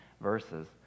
verses